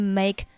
make